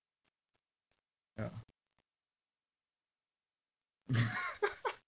yeah